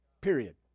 Period